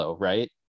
right